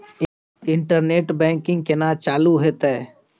Internet banking केना चालू हेते?